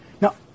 Now